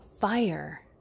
fire